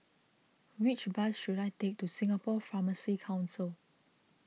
which bus should I take to Singapore Pharmacy Council